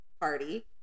party